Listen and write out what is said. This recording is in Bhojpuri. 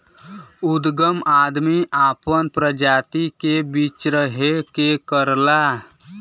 उदगम आदमी आपन प्रजाति के बीच्रहे के करला